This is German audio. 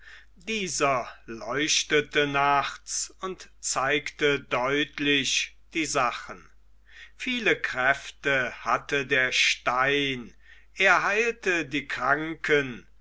dieser leuchtete nachts und zeigte deutlich die sachen viele kräfte hatte der stein er heilte die kranken